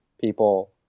people